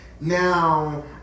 Now